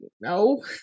no